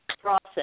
process